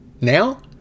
now